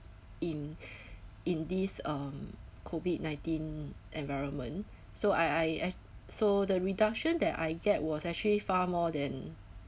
in in this um COVID nineteen environment so I I I so the reduction that I get was actually far more than